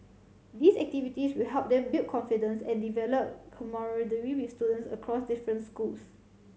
these activities will help them build confidence and develop camaraderie with students across different schools